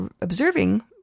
observing